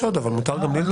רק נראה לי שאת קצת כן.